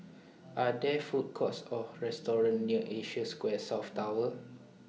Are There Food Courts Or Restaurant near Asia Square South Tower